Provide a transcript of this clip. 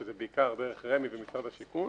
שזה בעיקר דרך רמ"י ומשרד השיכון.